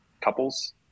couples